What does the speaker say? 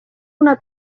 una